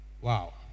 Wow